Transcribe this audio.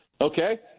Okay